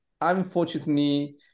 Unfortunately